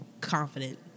confident